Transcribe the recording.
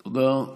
תודה.